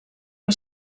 que